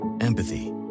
Empathy